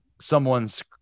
someone's